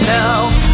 now